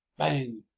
bang!